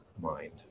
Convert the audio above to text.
mind